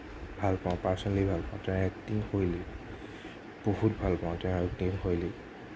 ভাল পাওঁ পাৰ্চনেলি ভাল পাওঁ তাৰ এক্টিং শৈলী বহুত ভাল পাওঁ তেওঁৰ এক্টিং শৈলী